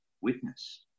Witness